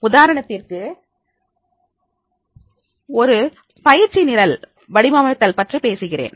உதாரணத்திற்கு நான் பயிற்சி நிரல் வடிவமைத்தல் பற்றி பேசுகிறேன்